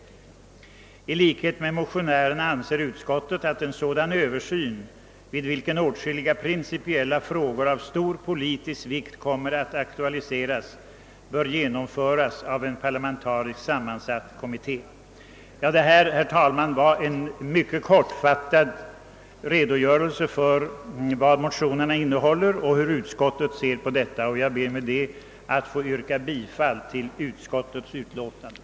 I likhet med motionärerna anser utskottet att en sådan översyn, vid vilken åtskilliga principiella frågor av stor politisk vikt kommer att aktualiseras, bör genomföras av en parlamentariskt sammansatt kommitté.» Detta, herr talman, var en mycket kortfattad redogörelse för innehållet i motionsparet och utskottets syn på detta. Jag ber med detta att få yrka bifall till utskottets hemställan.